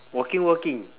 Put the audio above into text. walking walking